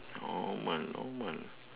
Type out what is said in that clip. normal normal